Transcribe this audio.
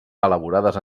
elaborades